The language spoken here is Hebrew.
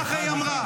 ככה היא אמרה.